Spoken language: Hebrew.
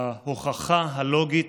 להוכחה הלוגית,